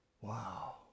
wow